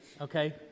okay